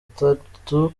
atatu